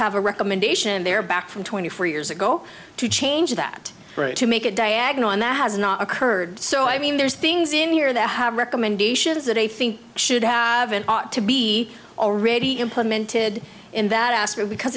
have a recommendation there back from twenty four years ago to change that to make a diagonal and that has not occurred so i mean there's things in here that have recommendations that i think should have an ought to be already implemented in that aspect